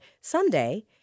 someday